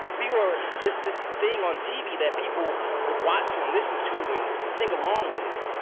we were just this thing on tv that people would watch and listen to and sing along with.